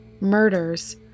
murders